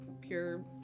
pure